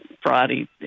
Friday